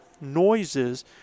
noises